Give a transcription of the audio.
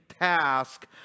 task